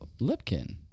Lipkin